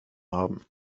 haben